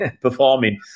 performing